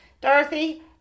Dorothy